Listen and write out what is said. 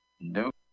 Nope